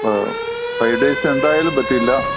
five days എന്തായാലും പറ്റില്ല